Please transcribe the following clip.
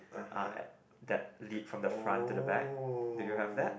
uh at that lead front to the back do you have that